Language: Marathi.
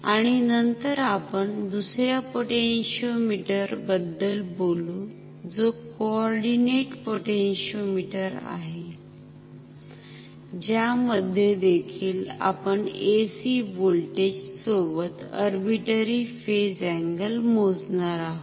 आणि नंतर आपण दुसऱ्या पोटॅन्शिओमिटर बद्दल बोलु जो कोऑर्डिनेट पोटॅन्शिओमिटर आहे ज्या मध्ये देखील आपण AC व्होल्टेज सोबत अर्बिटरी फेज मोजणार आहोत